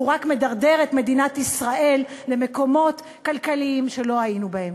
והוא רק מדרדר את מדינת ישראל למקומות כלכליים שלא היינו בהם.